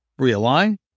realign